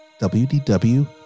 WDW